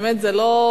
באמת זה לא,